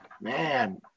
Man